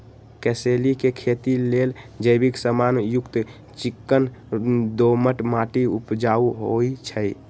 कसेलि के खेती लेल जैविक समान युक्त चिक्कन दोमट माटी उपजाऊ होइ छइ